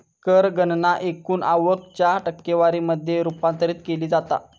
कर गणना एकूण आवक च्या टक्केवारी मध्ये रूपांतरित केली जाता